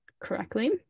correctly